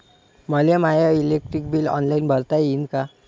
मले my electric bill online भरता येईन का?